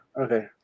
okay